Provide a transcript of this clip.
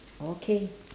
okay